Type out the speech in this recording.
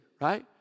right